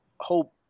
Hope